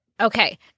Okay